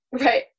Right